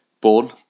Born